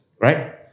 right